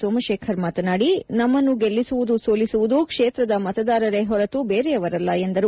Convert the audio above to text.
ಸೋಮಶೇಖರ್ ಮಾತನಾದಿ ನಮ್ಮನ್ನು ಗೆಲ್ಲಿಸುವುದು ಸೋಲಿಸುವುದು ಕ್ಷೇತ್ರದ ಮತದಾರರೇ ಹೊರತು ಬೇರೆಯವರಲ್ಲ ಎಂದರು